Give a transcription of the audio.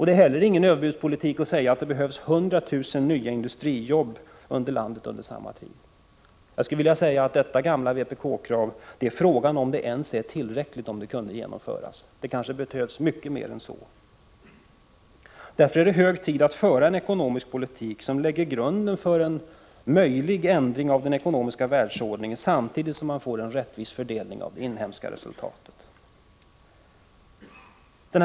Det är heller ingen överbudspolitik att säga att det behövs 100 000 nya industriarbeten i landet under samma tid. Jag skulle vilja säga att frågan är om detta gamla vpk-krav ens är tillräckligt — det kanske behövs mycket mer än så. Därför är det hög tid för en ekonomisk politik som lägger grunden för en möjlig ändring i den ekonomiska världsordningen, samtidigt som man får en rättvis fördelning av det inhemska produktionsresultatet.